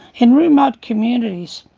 in remote communities,